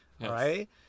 Right